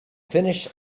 finish